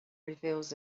reveals